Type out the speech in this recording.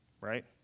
right